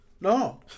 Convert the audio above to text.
No